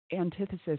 antithesis